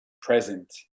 present